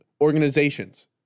organizations